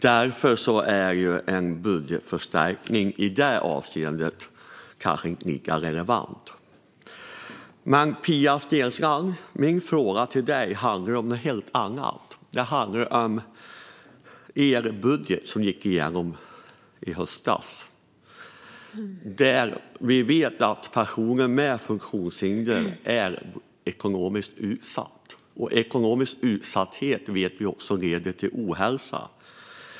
Därför är en budgetförstärkning i detta avseende kanske inte lika relevant. Men min fråga till Pia Steensland handlar om någonting helt annat. Den handlar om er budget som gick igenom i höstas. Vi vet att personer med funktionshinder är ekonomiskt utsatta. Vi vet också att ekonomisk utsatthet leder till ohälsa.